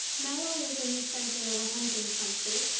mallow was in the centre of a hunting country,